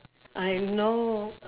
I know